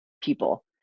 people